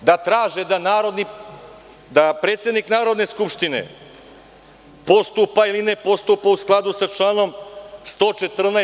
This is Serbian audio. Onda će da traže da predsednik Narodne skupštine postupa ili ne postupa u skladu sa članom 114.